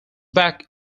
back